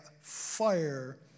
fire